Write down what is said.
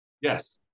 Yes